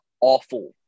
awful